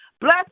bless